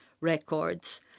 records